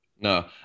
No